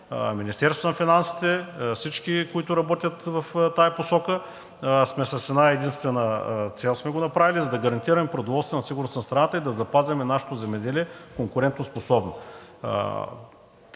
Министерството на финансите, всички, които работят в тази посока, с една единствена цел сме го направили – за да гарантираме продоволствената сигурност на страната и да запазим нашето земеделие конкурентоспособно.